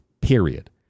period